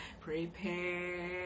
Prepare